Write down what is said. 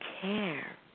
care